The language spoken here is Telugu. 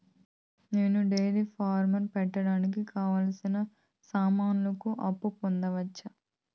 నేను డైరీ ఫారం పెట్టడానికి కావాల్సిన సామాన్లకు అప్పు పొందొచ్చా?